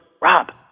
Rob